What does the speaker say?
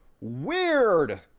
weird